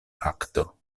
fakto